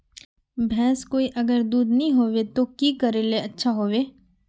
भैंस कोई अगर दूध नि होबे तो की करले ले अच्छा होवे?